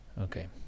Okay